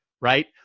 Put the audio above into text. Right